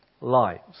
lives